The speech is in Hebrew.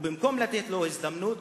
ובמקום לתת לו הזדמנות,